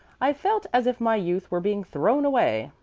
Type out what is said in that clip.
i felt as if my youth were being thrown away.